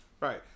Right